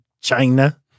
China